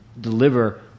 deliver